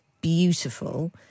beautiful